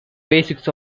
basis